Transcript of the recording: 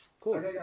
Cool